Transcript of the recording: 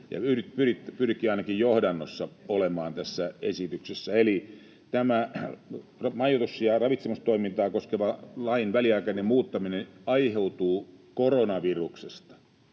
pyrkii ainakin johdannossa olemaan tässä esityksessä. Eli tämä majoitus- ja ravitsemustoimintaa koskevan lain väliaikainen muuttaminen aiheutuu koronaviruksesta,